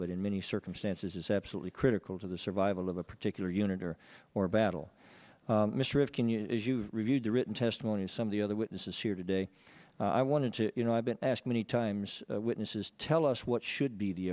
but in many circumstances is absolutely critical to the survival of a particular unit or more battle mystery of kenya as you've reviewed the written testimony of some of the other witnesses here today i wanted to you know i've been asked many times witnesses tell us what should be the